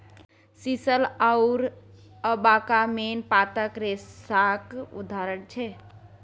sisal आओर abaca main पातक रेशाक उदाहरण छै